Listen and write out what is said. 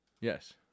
Yes